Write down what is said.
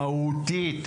מהותית,